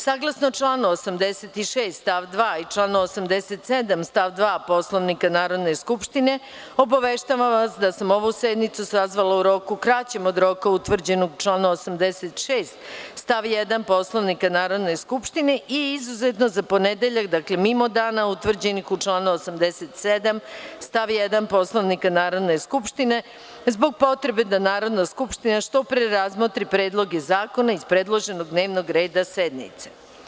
Saglasno članu 86. stav 2. i članu 87. stav 2. Poslovnika Narodne skupštine, obaveštavam vas, da sam ovu sednicu sazvala u roku kraćem od roka utvrđenog u članu 86. stav 2. Poslovnika Narodne skupštine i izuzetno za ponedeljak, dakle mimo dana utvrđenih u članu 87. stav 1. Poslovnika Narodne skupštine zbog potrebe da Narodna skupština što pre razmotri predloga zakona iz predloženog dnevnog reda sednice.